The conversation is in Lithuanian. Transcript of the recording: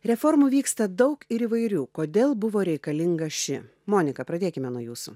reformų vyksta daug ir įvairių kodėl buvo reikalinga ši monika pradėkime nuo jūsų